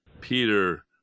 Peter